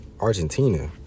Argentina